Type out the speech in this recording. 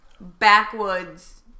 backwoods